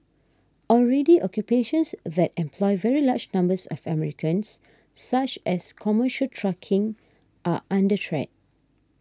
already occupations that employ very large numbers of Americans such as commercial trucking are under threat